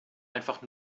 einfach